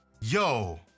Yo